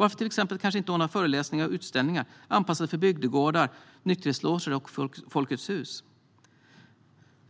Varför till exempel inte ordna föreläsningar och utställningar anpassade för bygdegårdar, nykterhetsloger och Folkets Hus?